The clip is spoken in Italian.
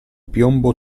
piombo